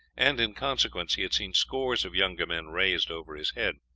and in consequence he had seen scores of younger men raised over his head.